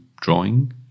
drawing